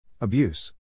Abuse